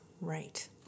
right